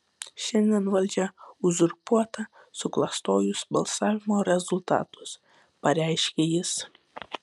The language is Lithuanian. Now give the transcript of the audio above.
šiandien valdžia uzurpuota suklastojus balsavimo rezultatus pareiškė jis